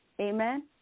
Amen